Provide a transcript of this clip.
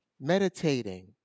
meditating